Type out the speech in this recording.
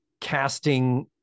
casting